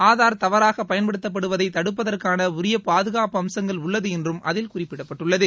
ஆதார் தவறாக பயன்படுத்தப்படுவதை தடுப்பதற்கான உரிய பாதுகாப்பு அம்சங்கள் உள்ளது என்று அதில் குறிப்பிடப்பட்டுள்ளது